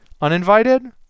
uninvited